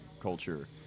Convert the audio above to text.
culture